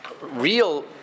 real